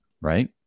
right